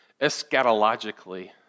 Eschatologically